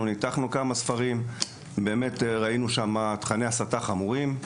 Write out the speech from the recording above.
ניתחנו כמה מהספרים ומצאנו בהם תכני הסתה חמורים.